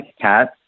cats